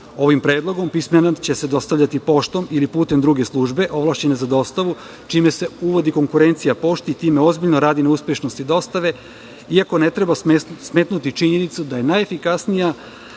Ovim predlogom pismena će se dostavljati poštom ili putem druge službe ovlašćene za dostavu, čime se uvodi konkurencija pošti i time ozbiljno radi na uspešnosti dostave, iako ne treba smetnuti činjenicu da je najefikasniji